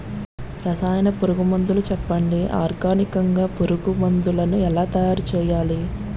రసాయన పురుగు మందులు చెప్పండి? ఆర్గనికంగ పురుగు మందులను ఎలా తయారు చేయాలి?